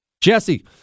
Jesse